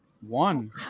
One